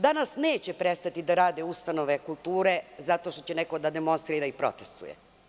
Danas neće prestati da rade ustanove kulture zato što će neko da demonstrira i protestuje.